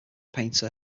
painter